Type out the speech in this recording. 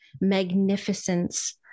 magnificence